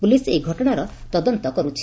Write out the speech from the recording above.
police ଏହି ଘଟଣାର ତଦନ୍ତ କରୁଛନ୍ତି